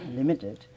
limited